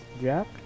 Jack